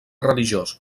religiós